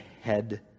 head